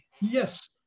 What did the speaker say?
Yes